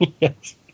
Yes